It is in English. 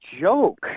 joke